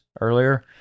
earlier